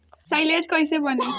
Silage कईसे बनी?